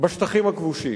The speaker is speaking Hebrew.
בשטחים הכבושים.